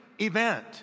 event